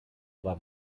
war